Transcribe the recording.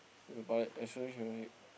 excluding Champions-League